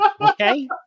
Okay